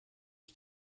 you